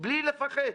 בלי לפחד.